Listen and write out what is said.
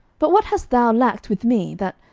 but what hast thou lacked with me, that,